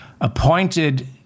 appointed